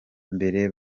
mbere